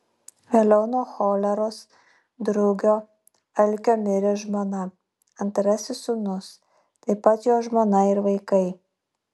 vėliau nuo choleros drugio alkio mirė žmona antrasis sūnus taip pat jo žmona ir vaikai